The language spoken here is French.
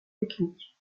techniques